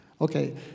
Okay